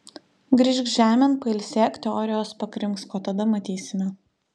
grįžk žemėn pailsėk teorijos pakrimsk o tada matysime